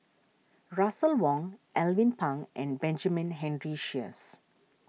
Russel Wong Alvin Pang and Benjamin Henry Sheares